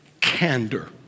Candor